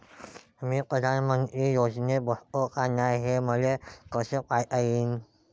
मी पंतप्रधान योजनेत बसतो का नाय, हे मले कस पायता येईन?